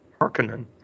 Harkonnen